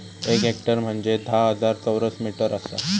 एक हेक्टर म्हंजे धा हजार चौरस मीटर आसा